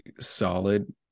solid